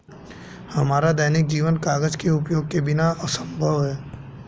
हमारा दैनिक जीवन कागज के उपयोग के बिना असंभव है